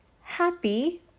happy